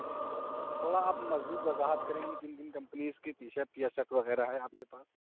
تھوڑا آپ مزید وضاحت کریں گے کن کن کمپنیز کی ٹی شرٹ یا شرٹ وغیرہ ہے آپ کے پاس